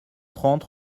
trente